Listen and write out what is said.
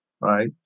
right